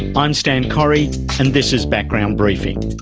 i'm stan correy and this is background briefing.